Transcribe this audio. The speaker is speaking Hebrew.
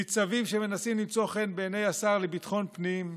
ניצבים שמנסים למצוא חן בעיני השר לביטחון פנים,